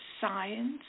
science